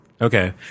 Okay